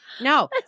No